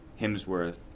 Hemsworth